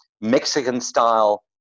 Mexican-style